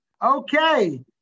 Okay